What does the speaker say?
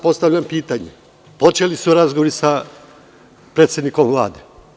Postavljam pitanje, počeli su razgovori sa predsednikom Vlade.